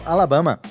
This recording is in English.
Alabama